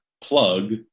plug